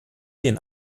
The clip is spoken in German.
den